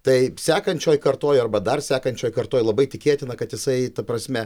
tai sekančioj kartoj arba dar sekančioj kartoj labai tikėtina kad jisai ta prasme